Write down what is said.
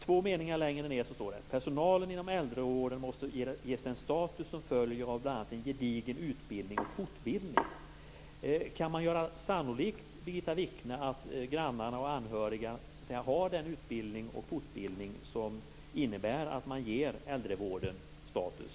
Två meningar längre fram står det: Personalen inom äldrevården måste ges den status som följer bl.a. av gedigen utbildning och fortbildning. Kan man göra sannolikt, Birgitta Wichne, att grannar och anhöriga har den utbildning och får den fortbildning som innebär att man ger äldrevården status?